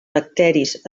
bacteris